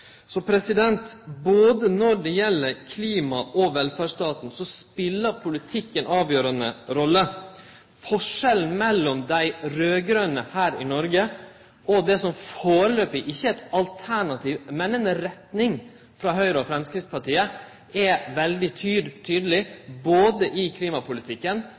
når det gjeld både klima og velferdsstaten, spiller politikken ei avgjerande rolle. Forskjellen mellom dei raud-grøne her i Noreg og det som foreløpig ikkje er eit alternativ, men ei retning, frå Høgre og Framstegspartiet, er veldig tydeleg, både i klimapolitikken